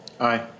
Aye